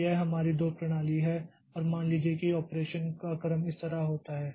तो यह हमारी दो प्रणाली है और मान लीजिए कि ऑपरेशन का क्रम इस तरह होता है